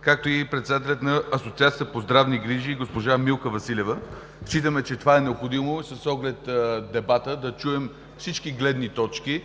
както и председателят на Асоциацията по здравни грижи госпожа Милка Василева. Считаме, че това е необходимо с оглед дебата – да чуем всички гледни точки,